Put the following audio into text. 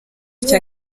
cya